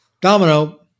Domino